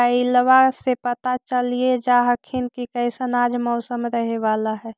मोबाईलबा से पता चलिये जा हखिन की कैसन आज मौसम रहे बाला है?